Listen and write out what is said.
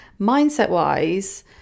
mindset-wise